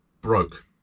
broke